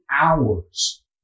hours